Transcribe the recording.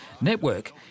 Network